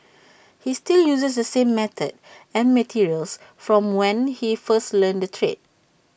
he still uses the same method and materials from when he first learnt the trade